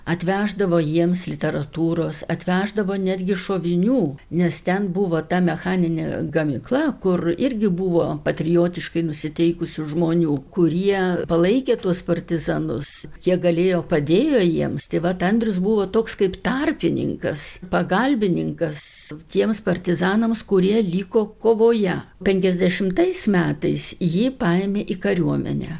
atveždavo jiems literatūros atveždavo netgi šovinių nes ten buvo ta mechaninė gamykla kur irgi buvo patriotiškai nusiteikusių žmonių kurie palaikė tuos partizanus kiek galėjo padėjo jiems tai vat andrius buvo toks kaip tarpininkas pagalbininkas tiems partizanams kurie liko kovoje penkiasdešimtais metais jį paėmė į kariuomenę